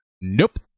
Nope